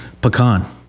pecan